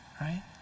right